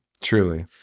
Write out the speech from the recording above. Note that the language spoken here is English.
Truly